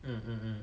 mm mm